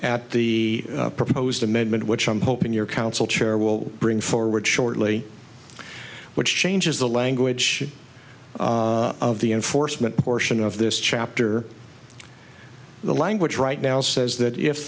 at the proposed amendment which i'm hoping your counsel chair will bring forward shortly which changes the language of the enforcement portion of this chapter the language right now says that if